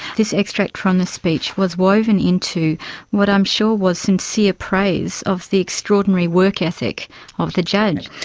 this extract from the speech was woven into what i'm sure was sincere prayers of the extraordinary work ethic of the judge.